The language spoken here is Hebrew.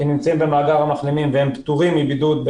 שהם פטורים מבידוד.